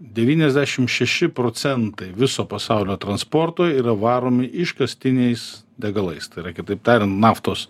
devyniasdešim šeši procentai viso pasaulio transporto yra varomi iškastiniais degalais tai yra kitaip tariant naftos